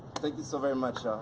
thank you so very much